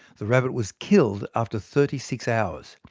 the rabbit was killed after thirty six hours.